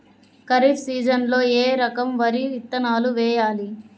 ఖరీఫ్ సీజన్లో ఏ రకం వరి విత్తనాలు వేయాలి?